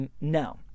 No